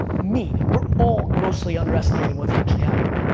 me, we're all grossly underestimating what's actually happening.